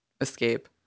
escape